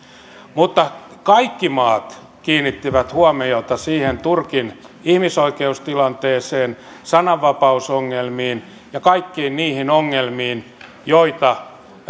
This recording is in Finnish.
mutta kaikki maat kiinnittivät huomiota siihen turkin ihmisoikeustilanteeseen sananvapausongelmiin ja kaikkiin niihin ongelmiin joita